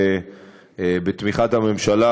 בתמיכת הממשלה,